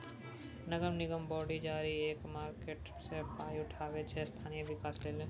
नगर निगम बॉड जारी कए मार्केट सँ पाइ उठाबै छै स्थानीय बिकास लेल